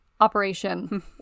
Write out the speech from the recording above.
Operation